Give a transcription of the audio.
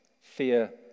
fear